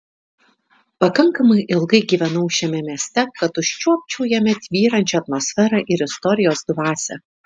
pakankamai ilgai gyvenau šiame mieste kad užčiuopčiau jame tvyrančią atmosferą ir istorijos dvasią